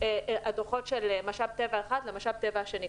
הדוחות של משאב טבע אחד למשאב טבע שני.